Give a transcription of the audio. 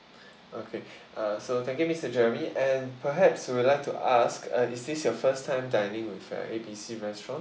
okay uh so thank you mister jeremy and perhaps we would like to ask is this your first time dining with uh A B C restaurant